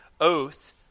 oath